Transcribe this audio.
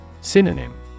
Synonym